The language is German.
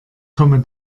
komme